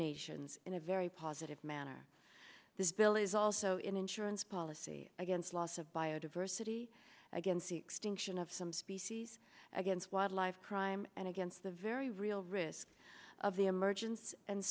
nations in a very positive manner this bill is also an insurance policy against loss of biodiversity against the extinction of some species against wildlife crime and against the very real risk of the emergence and